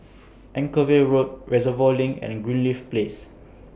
Anchorvale Road Reservoir LINK and Greenleaf Place